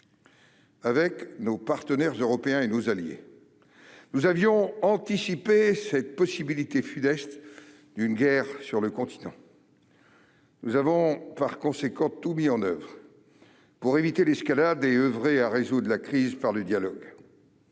Avec nos partenaires européens et nos alliés, nous avions anticipé cette possibilité funeste d'une guerre sur le continent. Nous avons par conséquent tout mis en oeuvre pour éviter l'escalade et oeuvrer à résoudre la crise par le dialogue.